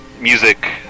music